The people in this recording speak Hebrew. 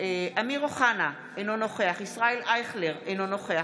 אמיר אוחנה, אינו נוכח ישראל אייכלר, אינו נוכח